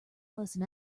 lesson